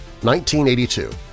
1982